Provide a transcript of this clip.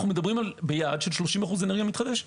אנו מדברים על יעד של 30% אנרגיה מתחדשת.